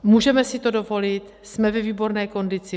Můžeme si to dovolit, jsme ve výborné kondici.